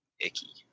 icky